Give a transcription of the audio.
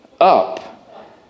up